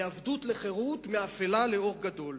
מעבדות לחירות, מאפלה לאור גדול.